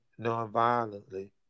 nonviolently